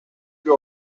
bir